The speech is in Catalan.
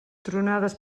tronades